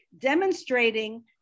demonstrating